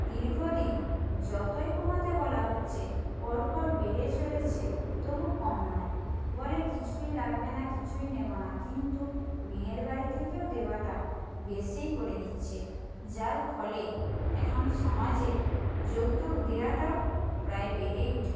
দীর্ঘদিন যতই কমাতে বলা হচ্ছে পরপর বেড়ে চলেছে তবু কম নয় বলে কিছুই লাগবে না কিছুই নেব না কিন্তু মেয়ের বাড়ি থেকেও দেওয়াটা বেশিই করে দিচ্ছে যার ফলে এখন সমাজে যৌতুক দেওয়াটাও প্রায় বেড়েই উঠে